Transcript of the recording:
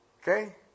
Okay